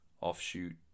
offshoot